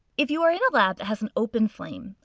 if you are in a lab that has an open flame,